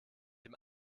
dem